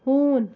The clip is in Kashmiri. ہوٗن